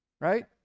right